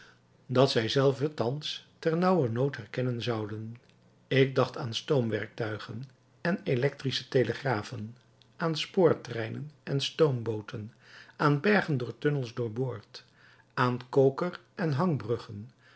dat zij zelve thans ter naauwernood herkennen zouden ik dacht aan stoomwerktuigen en elektrische telegrafen aan spoortreinen en stoombooten aan bergen door tunnels doorboord aan koker en hangbruggen